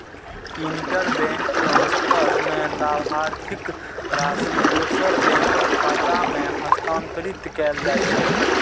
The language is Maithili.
इंटरबैंक ट्रांसफर मे लाभार्थीक राशि दोसर बैंकक खाता मे हस्तांतरित कैल जाइ छै